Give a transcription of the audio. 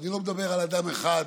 ואני לא מדבר על אדם אחד,